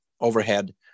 overhead